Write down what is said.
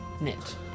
knit